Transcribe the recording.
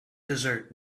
desert